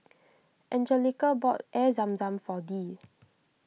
Anjelica bought Air Zam Zam for Dee